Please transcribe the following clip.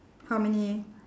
how many